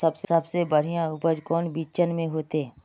सबसे बढ़िया उपज कौन बिचन में होते?